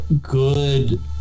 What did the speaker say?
good